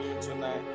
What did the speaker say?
tonight